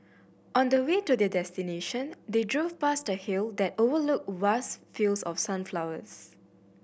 on the way to their destination they drove past the hill that overlooked vast fields of sunflowers